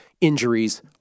injuries